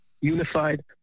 unified